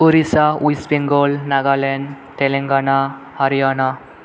Odisha west Bengal Nagaland Telangana Haryana